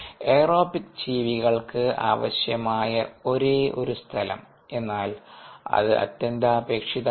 aerobic ജീവികൾക്ക് ആവശ്യമായ ഒരേയൊരു സ്ഥലം എന്നാൽ അത് അത്യന്താപേക്ഷിതമാണ്